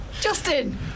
Justin